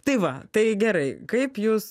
tai va tai gerai kaip jūs